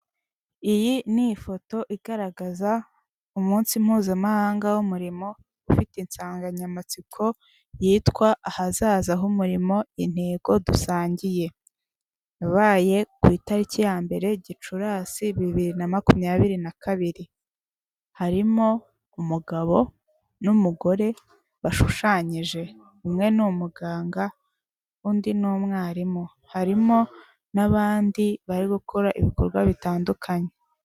Iyi ni ifoto igaragaza umunsi mpuzamahanga w'umurimo ufite insanganyamatsiko yitwa " Ahazaza h'umurimo intego dusangiye". Yabaye ku itariki ya mbere, Gicurasi, bibiri na makumyabiri na kabiri. Harimo umugabo n'umugore bashushanyije, umwe ni umuganga undi ni umwarimu. Harimo n'abandi bari gukora ibikorwa bitandukanye.